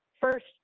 First